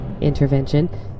intervention